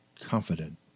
Confident